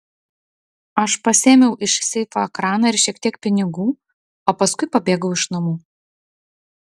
aš pasiėmiau iš seifo ekraną ir šiek tiek pinigų o paskui pabėgau iš namų